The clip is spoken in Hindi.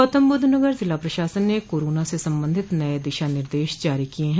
गौतम बुद्ध नगर जिला प्रशासन ने कोरोना से संबंधित नये दिशानिर्देश जारी किए हैं